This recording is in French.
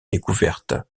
découverte